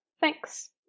Thanks